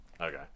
okay